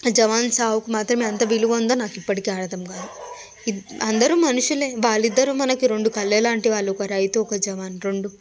జవాన్ చావుకి మాత్రమే అంత విలువ ఉందో నాకు ఇప్పటికీ అర్ధం కాదు ఇద్ అందరం మనుషులే వాళ్ళిద్దరూ మనకి రెండు కళ్ళలాంటి వాళ్ళు ఒక రైతు ఒక జవాన్ రెండు